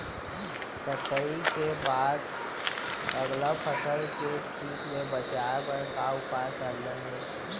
कटाई के बाद अगला फसल ले किट ले बचाए बर का उपाय करना हे?